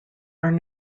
are